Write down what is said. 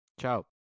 Ciao